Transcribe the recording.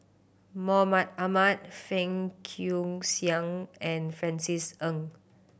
Mahmud Ahmad Fang Guixiang and Francis Ng